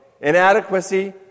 inadequacy